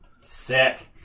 Sick